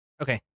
Okay